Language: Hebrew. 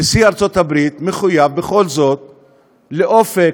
נשיא ארצות-הברית מחויב בכל זאת לאופק,